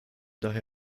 daher